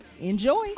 Enjoy